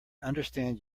understand